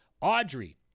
Audrey